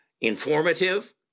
informative